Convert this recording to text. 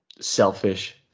selfish